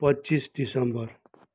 पच्चिस दिसम्बर